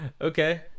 Okay